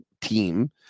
team